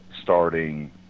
starting